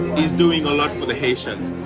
is doing a lot for the haitians.